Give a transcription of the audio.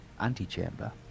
antechamber